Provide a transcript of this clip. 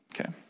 Okay